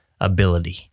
Ability